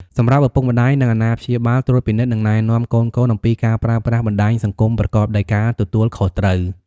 សម្រាប់ឪពុកម្តាយ និងអាណាព្យាបាល ត្រួតពិនិត្យ និងណែនាំ កូនៗអំពីការប្រើប្រាស់បណ្តាញសង្គមប្រកបដោយការទទួលខុសត្រូវ។